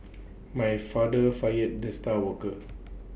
my father fired the star worker